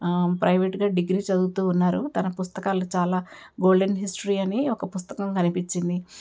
ప్రైవేట్గా డిగ్రీ చదువుతూ ఉన్నారు తన పుస్తకాలు చాలా గోల్డెన్ హిస్టరీ అని ఒక పుస్తకం కనిపించింది